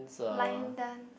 line dance